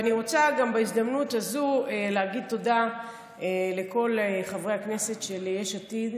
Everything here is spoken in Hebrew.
אני רוצה גם בהזדמנות הזו להגיד תודה לכל חברי הכנסת של יש עתיד,